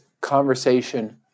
conversation